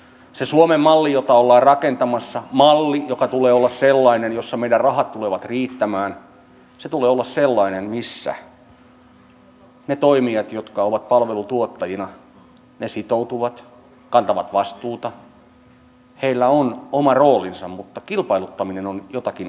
sen suomen mallin jota ollaan rakentamassa mallin jonka tulee olla sellainen jossa meidän rahat tulevat riittämään sen tulee olla sellainen missä ne toimijat jotka ovat palvelutuottajina sitoutuvat kantavat vastuuta heillä on oma roolinsa mutta kilpailuttaminen on jotakin aivan muuta